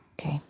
Okay